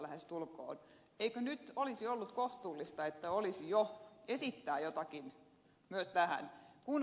eikö nyt olisi ollut kohtuullista että olisi jo esittää jotakin myös tähän